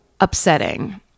upsetting